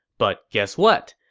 but guess what,